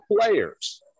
players